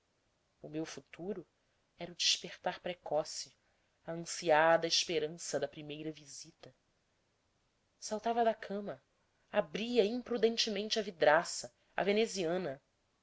o meu futuro era o despertar precoce a ansiada esperança da primeira visita saltava da cama abria imprudentemente a vidraça a veneziana